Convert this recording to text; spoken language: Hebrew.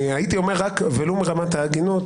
ולו ברמת ההגינות